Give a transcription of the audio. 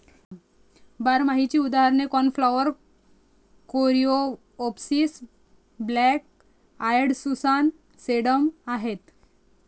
बारमाहीची उदाहरणे cornflower, coreopsis, black eyed Susan, sedum आहेत